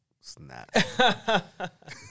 snap